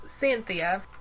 Cynthia